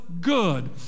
good